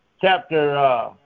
chapter